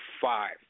five